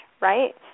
right